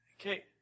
okay